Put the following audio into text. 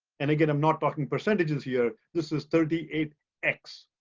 and again, i'm not talking percentages here. this is thirty eight x.